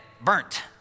burnt